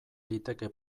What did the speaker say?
liteke